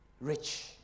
rich